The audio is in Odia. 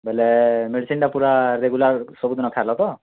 ବେଲେ ମେଡ଼ିସିନଟା ପୂରା ରେଗୁଲାର୍ ସବୁଦିନ ଖାଇଲ ତ